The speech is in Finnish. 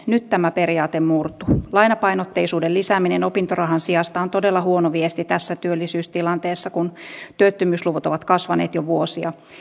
nyt tämä periaate murtuu lainapainotteisuuden lisääminen opintorahan sijasta on todella huono viesti tässä työllisyystilanteessa kun työttömyysluvut ovat kasvaneet jo vuosia